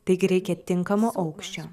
taigi reikia tinkamo aukščio